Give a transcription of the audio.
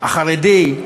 החרדי,